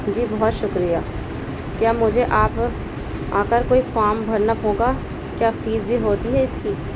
جی بہت شکریہ کیا مجھے آپ آ کر کوئی فام بھرنا ہوگا کیا فیس بھی ہوتی ہے اس کی